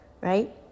right